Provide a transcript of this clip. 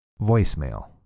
voicemail